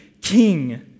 king